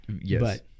Yes